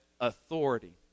authority